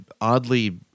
oddly